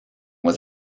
was